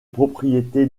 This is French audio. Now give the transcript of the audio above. propriété